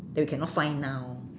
that you cannot find now